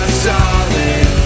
solid